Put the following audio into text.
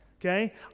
okay